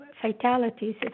fatalities